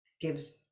gives